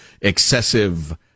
excessive